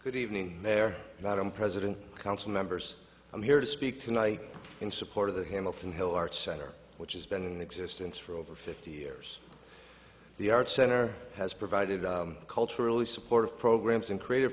good evening there madam president council members i'm here to speak tonight in support of the hamilton hill arts center which has been in existence for over fifty years the arts center has provided culturally support programs and creative